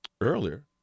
earlier